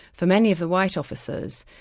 for many of the white officers,